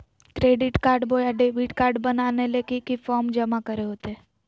Credit card बोया debit card बनाने ले की की फॉर्म जमा करे होते?